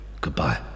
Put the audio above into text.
goodbye